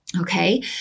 Okay